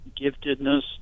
giftedness